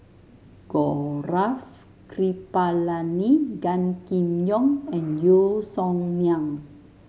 Gaurav Kripalani Gan Kim Yong and Yeo Song Nian